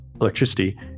electricity